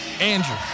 Andrew